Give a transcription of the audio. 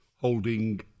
holding